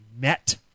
met